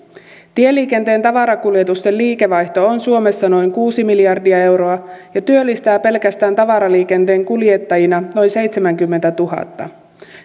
tieliikenteen tavarakuljetusten liikevaihto on suomessa noin kuusi miljardia euroa ja työllistää pelkästään tavaraliikenteen kuljettajia noin seitsemänkymmentätuhatta